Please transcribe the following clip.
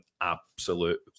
absolute